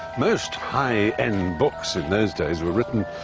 most high-end books in those days were written,